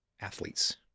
athletes